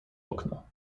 okna